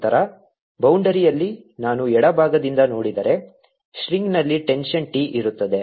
ನಂತರ ಬೌಂಡರಿಯಲ್ಲಿ ನಾನು ಎಡಭಾಗದಿಂದ ನೋಡಿದರೆ ಸ್ಟ್ರಿಂಗ್ನಲ್ಲಿ ಟೆನ್ಷನ್ T ಇರುತ್ತದೆ